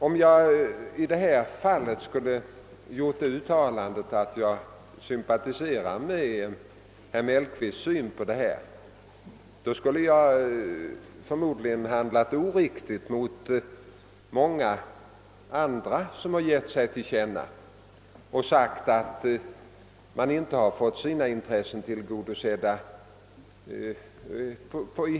Om jag hade gjort det uttalandet att jag sympatiserar med herr Mellqvists syn på denna fråga, skulle jag förmodligen ha handlat oriktigt mot många andra län som också gett sig till känna och ansett att de inte fått sina intressen tillgodosedda.